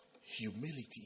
humility